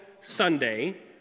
Sunday